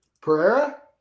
Pereira